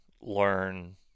learn